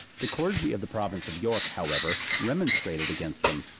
the clergy of the province of york, however, remonstrated against them,